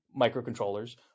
microcontrollers